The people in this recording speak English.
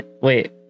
wait